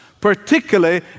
particularly